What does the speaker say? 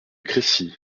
crécy